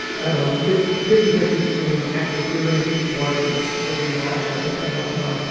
i don't know, fifty fifty fifty between actually doing work that is specifically mine on the books i'm working on,